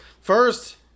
first